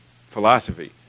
philosophy